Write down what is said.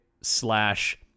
slash